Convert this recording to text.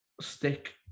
stick